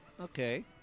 Okay